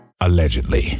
allegedly